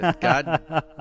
God